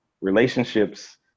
relationships